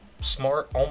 smart